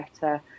better